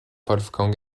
wolfgang